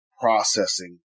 processing